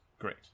Great